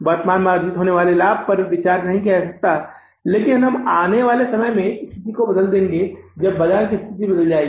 वर्तमान में अर्जित होने वाले लाभ पर विचार नहीं किया जा सकता है लेकिन हम आने वाले समय में स्थिति को बदल देंगे जब बाजार में स्थिति बदल जाएगी